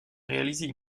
réaliser